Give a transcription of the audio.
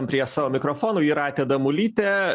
prie savo mikrofonų jūratė damulytė